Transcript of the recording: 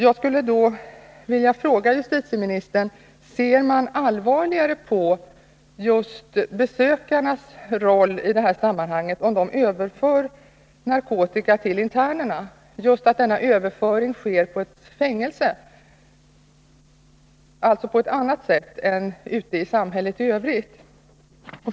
Jag skulle vilja fråga justitieministern: Ser man allvarligare på besökarnas roll i detta sammanhang, om de överför narkotika till internerna? Denna överföring sker på ett fängelse, alltså på ett annat sätt än ute i samhället i övrigt.